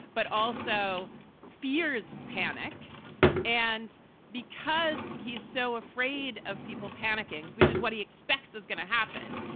but also fears panic and because he's so afraid of people panicking, which is what he expects is gonna happen.